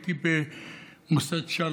הייתי במוסד שלוה.